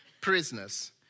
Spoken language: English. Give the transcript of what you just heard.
prisoners